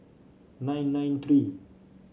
nine nine three